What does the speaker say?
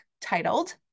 titled